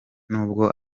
nubwo